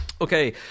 Okay